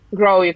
grow